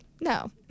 No